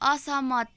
असहमत